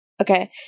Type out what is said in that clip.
Okay